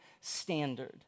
standard